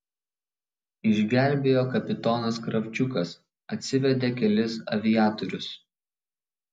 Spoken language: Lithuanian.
išgelbėjo kapitonas kravčiukas atsivedė kelis aviatorius